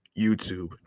YouTube